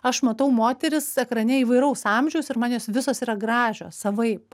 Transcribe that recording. aš matau moteris ekrane įvairaus amžiaus ir man jos visos yra gražios savaip